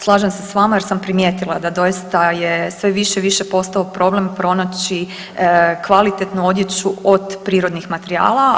Slažem se s vama jer sam primijetila da doista je sve više i više postao problem pronaći kvalitetnu odjeću od prirodnih materijala.